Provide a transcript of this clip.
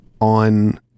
on